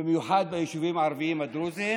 במיוחד ביישובים הערביים הדרוזיים